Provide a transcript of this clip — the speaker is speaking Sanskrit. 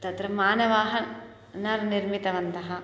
तत्र मानवाः न निर्मितवन्तः